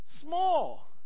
small